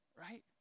Right